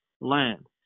land